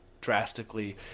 drastically